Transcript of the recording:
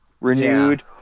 renewed